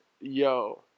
yo